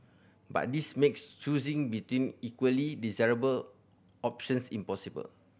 but this makes choosing between equally desirable options impossible